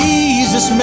Jesus